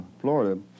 Florida